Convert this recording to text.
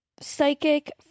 psychic